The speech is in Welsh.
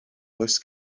does